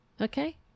okay